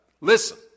listen